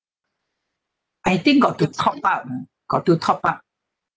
I think got to top up got to top up